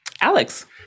Alex